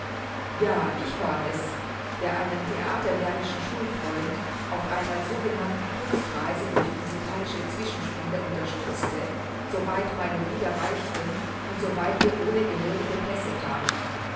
ja ich war es der einen theaternärrischen schulfreund auf einer sogenannten kunstreise durch musikalische zwischenspiele unterstützte so weit meine lieder reichten und so weit wir ohne gehörige pässe kamen